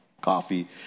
coffee